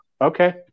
Okay